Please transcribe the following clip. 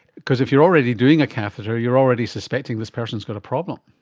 because if you're already doing a catheter, you're already suspecting this person has got a problem.